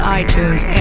iTunes